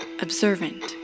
Observant